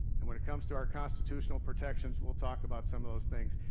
and when it comes to our constitutional protections, we'll talk about some of those things.